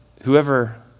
whoever